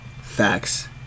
Facts